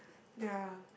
ya